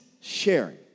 sharing